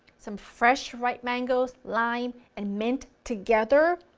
some fresh ripe mangoes, lime and mint together,